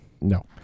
No